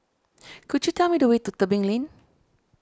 could you tell me the way to Tebing Lane